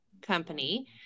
company